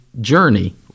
Journey